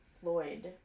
Floyd